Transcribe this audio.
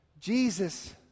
Jesus